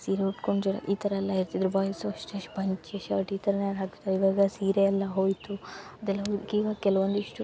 ಸೀರೆ ಉಟ್ಕೊಂಡು ಈ ಥರ ಎಲ್ಲ ಇರ್ತಿದ್ದರು ಬಾಯ್ಸ್ ಅಷ್ಟೇ ಪಂಚೆ ಶರ್ಟ್ ಈ ಥರ ಹಾಕಿ ಇವಾಗ ಸೀರೆ ಎಲ್ಲ ಹೋಯಿತು ಅದೆಲ್ಲ ಹುಡ್ಗೀರು ಕೆಲ್ವೊಂದು ಇಷ್ಟು